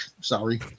sorry